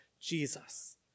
Jesus